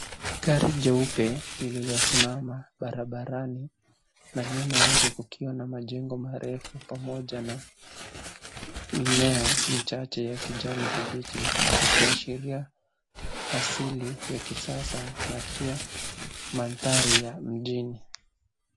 Gari jeupe lililosimama barabarani na nyuma yake kukiwa na majengo marefu pamoja na mimea michache ya kijani kibichi ikiashiria asili ya kisasa na pia mandhari ya mjini.